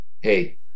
hey